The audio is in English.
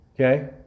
Okay